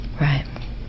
right